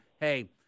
hey